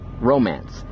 romance